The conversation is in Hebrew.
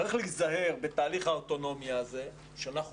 צריך להיזהר בתהליך האוטונומיה הזה שאנחנו